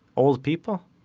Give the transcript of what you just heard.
old people?